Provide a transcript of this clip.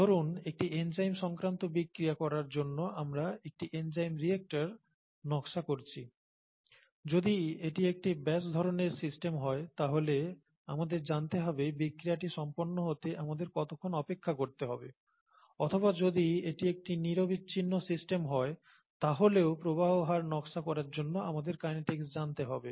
ধরুন একটি এনজাইম সংক্রান্ত বিক্রিয়া করার জন্য আমরা একটি এনজাইম রিয়েক্টর নকশা করছি যদি এটি একটি ব্যাচ ধরনের সিস্টেম হয় তাহলে আমাদের জানতে হবে বিক্রিয়াটি সম্পন্ন হতে আমাদের কতক্ষণ অপেক্ষা করতে হবে অথবা যদি এটি একটি নিরবচ্ছিন্ন সিস্টেম হয় তাহলেও প্রবাহ হার নকশা করার জন্য আমাদের কাইনেটিক্স জানতে হবে